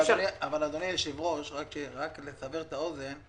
אדוני היושב ראש, רק לסבר את האוזן,